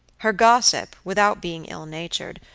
her gossip without being ill-natured,